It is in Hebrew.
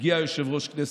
הגיע יושב-ראש הכנסת,